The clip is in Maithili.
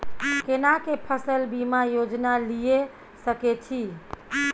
केना के फसल बीमा योजना लीए सके छी?